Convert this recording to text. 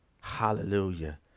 Hallelujah